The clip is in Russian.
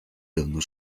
давно